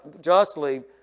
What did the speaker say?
justly